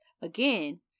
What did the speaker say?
again